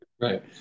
right